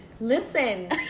Listen